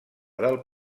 del